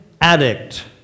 addict